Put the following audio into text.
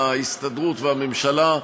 ההסתדרות והממשלה.